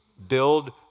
Build